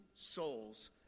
souls